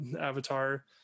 Avatar